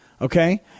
okay